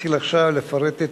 להתחיל עכשיו לפרט,